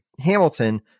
Hamilton